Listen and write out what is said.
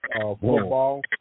football